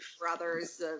brothers